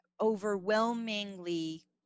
overwhelmingly